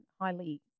highly